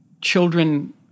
children